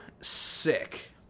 sick